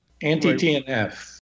Anti-TNF